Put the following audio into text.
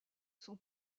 son